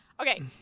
Okay